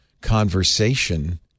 conversation